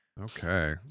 Okay